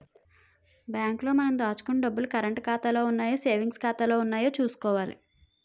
bank లో మనం దాచుకున్న డబ్బులు కరంటు ఖాతాలో ఉన్నాయో సేవింగ్స్ ఖాతాలో ఉన్నాయో చూసుకోవాలి